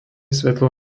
svetlo